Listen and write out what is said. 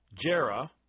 Jera